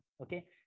okay